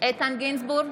איתן גינזבורג,